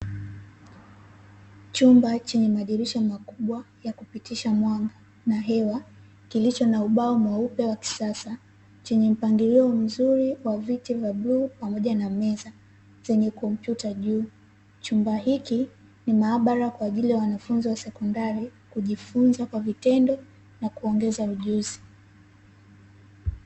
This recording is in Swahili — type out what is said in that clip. Chumba chenye madirisha makubwa ya kupitisha mwanga na hewa kilicho na ubao mweupe wa kisasa, chenye mpangilio mzuri wa viti vya bluu pamoja na meza zenye kompyuta juu, chumba hiki ni maabara kwa ajili ya wanafunzi wa sekondari kujifunza kwa vitendo na kuongeza ujuzi.